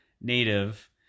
native